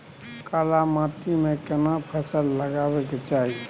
काला माटी में केना फसल लगाबै के चाही?